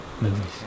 movies